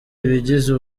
ibigize